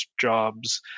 jobs